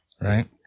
right